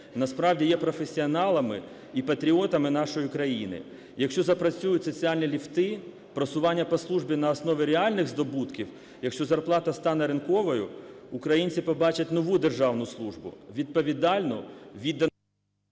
насправді є професіоналами і патріотами нашої країни. Якщо запрацюють соціальні ліфти, просування по службі на основі реальних здобутків, якщо зарплата стане ринковою, українці побачать нову державну службу – відповідальну…